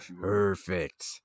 perfect